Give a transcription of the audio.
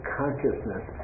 consciousness